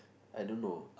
I don't know